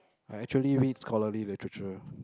I actually read scholarly literature